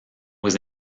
was